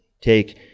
take